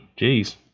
Jeez